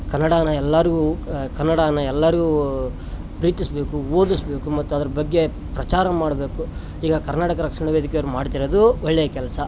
ಕನ್ನಡನ ಎಲ್ಲರಿಗೂ ಕನ್ನಡನ ಎಲ್ಲಾರಿಗು ಪ್ರೀತಿಸಬೇಕು ಓದಿಸಬೇಕು ಮತ್ತು ಅದರ ಬಗ್ಗೆ ಪ್ರಚಾರ ಮಾಡಬೇಕು ಈಗ ಕರ್ನಾಟಕ ರಕ್ಷಣಾ ವೇದಿಕೆ ಅವ್ರು ಮಾಡ್ತಿರೋದೂ ಒಳ್ಳೆಯ ಕೆಲಸ